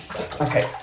Okay